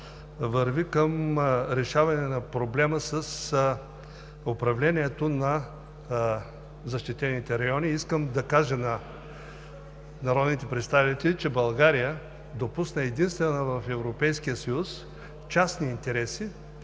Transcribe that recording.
върви към решаване на проблема с управлението на защитените райони. Искам да кажа на народните представители, че България допусна, единствена в Европейския съюз, частни интереси